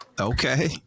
Okay